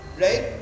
right